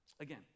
Again